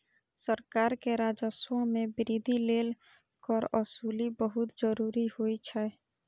सरकार के राजस्व मे वृद्धि लेल कर वसूली बहुत जरूरी होइ छै